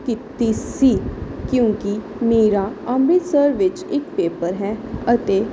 ਕੀਤੀ ਸੀ ਕਿਉਂਕਿ ਮੇਰਾ ਅੰਮ੍ਰਿਤਸਰ ਵਿੱਚ ਇੱਕ ਪੇਪਰ ਹੈ ਅਤੇ